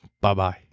Bye-bye